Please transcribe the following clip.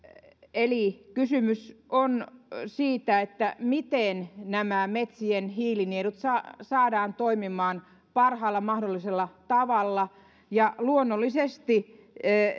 eli kysymys on siitä miten nämä metsien hiilinielut saadaan saadaan toimimaan parhaalla mahdollisella tavalla ja luonnollisesti